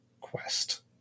Quest